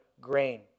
grain